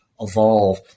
evolve